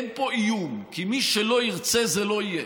אין פה איום, כי מי שלא ירצה, זה לא יהיה.